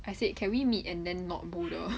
I said can we meet and then not boulder